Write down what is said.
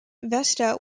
vesta